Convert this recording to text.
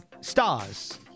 stars